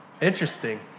Interesting